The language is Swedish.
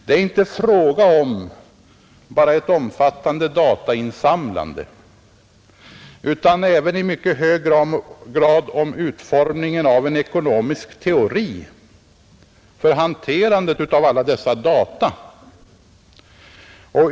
Det är inte fråga om endast ett omfattande datainsamlande utan även i mycket hög grad om utformningen av en ekonomisk teori för hanterandet av alla dessa data.